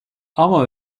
ama